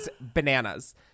bananas